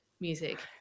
music